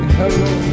hello